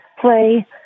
play